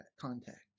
contact